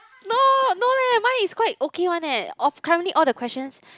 no no leh mine is quite okay one eh of currently all the questions